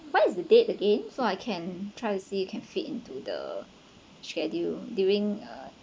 what is the date again so I can try to see can fit into the schedule during uh